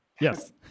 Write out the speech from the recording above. yes